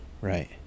Right